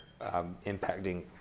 impacting